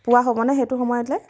পোৱা হ'বনে সেইটো সময়লৈ